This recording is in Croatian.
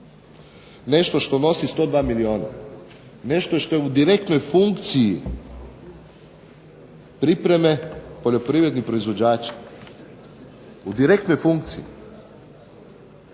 Nešto što nosi 102 milijuna, nešto što je u direktnoj funkciji pripreme poljoprivrednih proizvođača, u direktnoj funkciji.